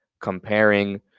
comparing